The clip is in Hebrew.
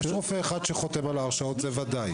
יש רופא אחד שחותם על ההרשאות, זה ודאי.